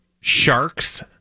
sharks